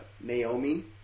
Naomi